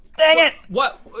dang it! what,